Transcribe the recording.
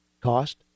cost